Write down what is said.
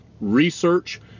research